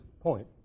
point